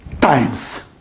times